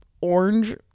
orange